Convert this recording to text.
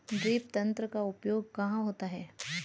Drip तंत्र का उपयोग कहाँ होता है?